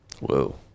Whoa